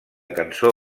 cançó